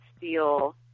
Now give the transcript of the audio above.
feel